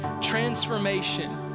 transformation